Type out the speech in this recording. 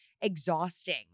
exhausting